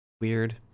weird